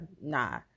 nah